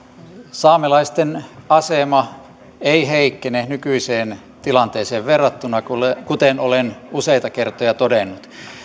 saamelaisten asema ei heikkene nykyiseen tilanteeseen verrattuna kuten olen useita kertoja todennut